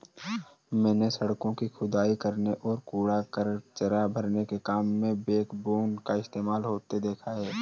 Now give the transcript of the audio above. मैंने सड़कों की खुदाई करने और कूड़ा कचरा भरने के काम में बैकबोन का इस्तेमाल होते देखा है